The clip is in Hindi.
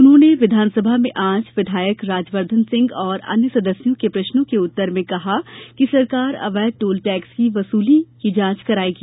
उन्होंने विधानसभा में आज विधायक राजवर्धन सिंह और अन्य सदस्यों के प्रश्नों का उत्तर में कहा कि सरकार अवैध टोल टेक्स की वसूली की भी जांच करायेगी